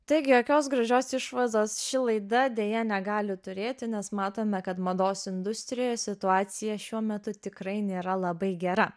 taigi jokios gražios išvazos ši laida deja negali turėti nes matome kad mados industrijoje situacija šiuo metu tikrai nėra labai gera